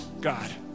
God